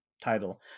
title